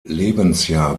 lebensjahr